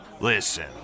Listen